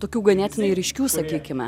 tokių ganėtinai ryškių sakykime